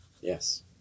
Yes